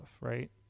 right